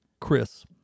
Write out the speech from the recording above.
Chris